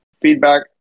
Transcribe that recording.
feedback